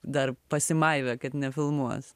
dar pasimaivė kad nefilmuos